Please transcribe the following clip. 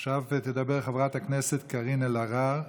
עכשיו תדבר חברת הכנסת קארין אלהרר.